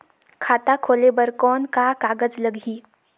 खाता खोले बर कौन का कागज लगही?